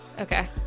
Okay